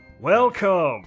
welcome